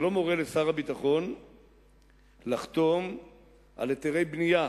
שלא מורה לשר הביטחון לחתום על היתרי בנייה